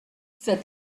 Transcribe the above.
said